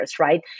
right